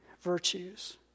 virtues